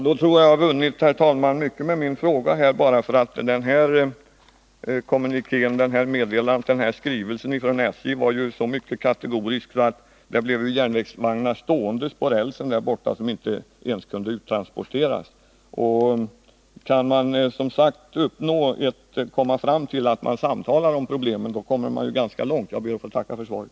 Herr talman! Då tror jag att jag har vunnit mycket med min fråga. Skrivelsen från SJ var så kategorisk att den fick till följd att järnvägsvagnar blev stående på rälsen. Kan vi få till stånd samtal om problemen har vi kommit ganska långt. Jag ber att få tacka för svaret.